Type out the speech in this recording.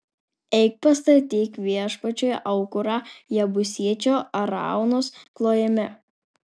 eik pastatyk viešpačiui aukurą jebusiečio araunos klojime